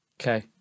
Okay